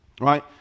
right